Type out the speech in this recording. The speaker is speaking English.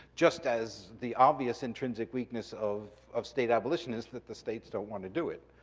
just as the obvious intrinsic weakness of of state abolition is that the states don't wanna do it.